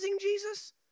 Jesus